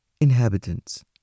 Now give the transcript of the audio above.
inhabitants